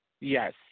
Yes